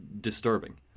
disturbing